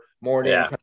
morning